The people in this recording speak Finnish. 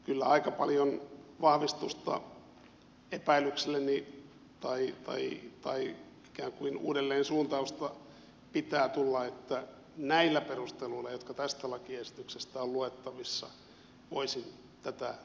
kyllä aika paljon vahvistusta epäilykselleni tai ikään kuin uudelleensuuntausta pitää tulla että näillä perusteluilla jotka tästä lakiesityksestä ovat luettavissa voisin tätä lakiesitystä kannattaa